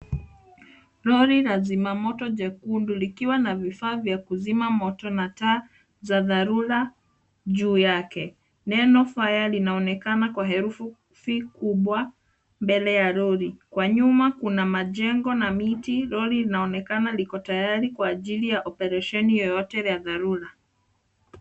Lori la zima moto jekundu likiwa na vifaa vya kuzima moto na taa za dharura. Juu yake neno fire linaonekana kwa herufi kubwa mbele ya lori. Kwa nyuma, kuna majengo na miti. Lori linaonekana liko tayari kwa ya operesheni yeyote ya dharura.